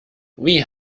wie